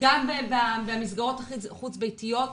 גם במסגרות החוץ ביתיות,